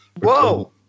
Whoa